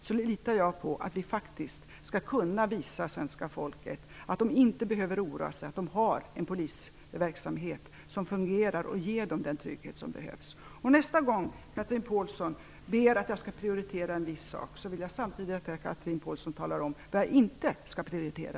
Jag litar på att vi faktiskt skall kunna visa svenska folket att vi inte behöver oroa oss, utan att vi har en polisverksamhet som fungerar och som ger den trygghet som behövs. Nästa gång Chatrine Pålsson ber att jag skall prioritera en sak, vill jag samtidigt att hon talar om vad jag i stället inte skall prioritera.